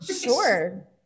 Sure